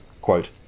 Quote